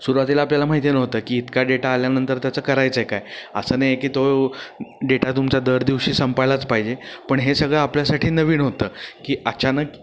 सुरवातीला आपल्याला माहिती नव्हतं की इतका डेटा आल्यानंतर त्याचं करायचं आहे काय असं नाही आहे की तो डेटा तुमचा दर दिवशी संपायलाच पाहिजे पण हे सगळं आपल्यासाठी नवीन होतं की अचानक